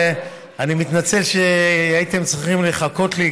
אני מתנצל שהייתם צריכים לחכות לי,